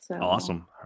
Awesome